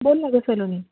बोल ना गं सलोनी